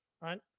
right